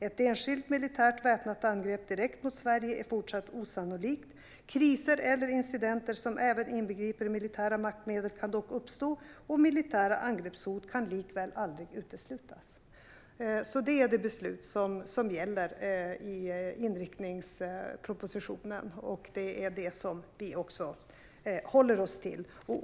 Ett ensidigt militärt väpnat angrepp direkt mot Sverige är fortsatt osannolikt. Kriser eller incidenter som även inbegriper militära maktmedel kan dock uppstå, och militära angreppshot kan likväl aldrig uteslutas. Det är det beslut som gäller i inriktningspropositionen, och det är också det som vi håller oss till.